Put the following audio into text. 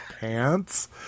pants